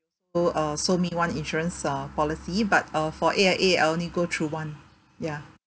sold uh sold me one insurance uh policy but uh for A_I_A I only go through one ya